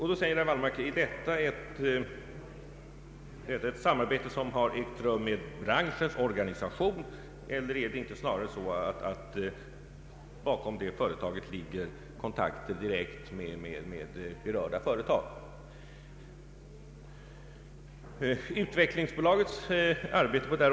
Herr Wallmark frågade: Har samarbete ägt rum med branschens organisation, eller är det inte snarare så att bakom det företaget ligger kontakter direkt med berörda företag?